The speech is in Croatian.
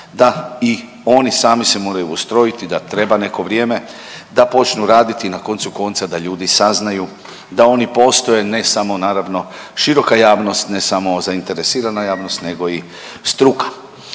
da i oni sami se moraju ustrojiti da treba neko vrijeme da počnu raditi, na koncu konca da ljudi saznaju da oni postoje ne samo naravno široka javnost, ne samo zainteresirana javnost nego i struka.